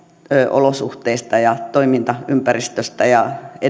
olosuhteista toimintaympäristöstä ja